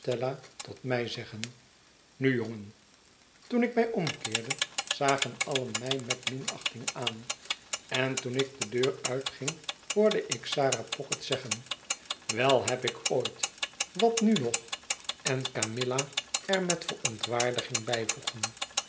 tot mij zeggen nu jongen toen ik mij omkeerde zagen alien mij met minachting aan en toen ik de deur uitging hoorde ik sarah pocket zeggen wel heb ik ooit wat nu nog en camilla er met verontwaardiging bijvoegen